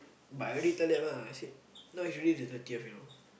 but I already tell them ah I said now is already the thirtieths you know